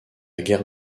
guerre